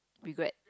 regret